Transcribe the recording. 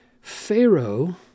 Pharaoh